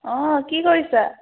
অঁ কি কৰিছা